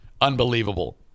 Unbelievable